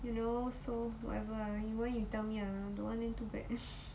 you know so whatever you want then you tell me ah don't want then too bad